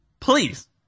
Please